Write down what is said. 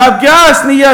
הפגיעה השנייה,